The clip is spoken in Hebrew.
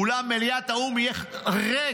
אולם מליאת האו"ם יהיה ריק.